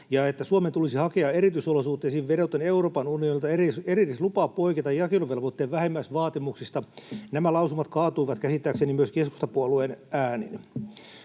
ja Suomen tulisi hakea erityisolosuhteisiin vedoten Euroopan unionilta erillislupa poiketa jakeluvelvoitteen vähimmäisvaatimuksista. Nämä lausumat kaatuivat, käsittääkseni myös keskustapuolueen äänin.